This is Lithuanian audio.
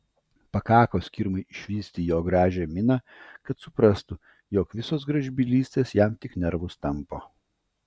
pakako skirmai išvysti jo gaižią miną kad suprastų jog visos gražbylystės jam tik nervus tampo